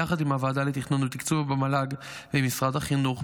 יחד עם הוועדה לתכנון ותקצוב במל"ג ועם משרד החינוך,